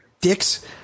dicks